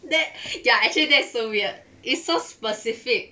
that they are actually that's so weird it's so specific